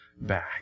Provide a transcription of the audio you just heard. back